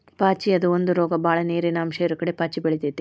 ಪಾಚಿ ಅದು ಒಂದ ರೋಗ ಬಾಳ ನೇರಿನ ಅಂಶ ಇರುಕಡೆ ಪಾಚಿ ಬೆಳಿತೆತಿ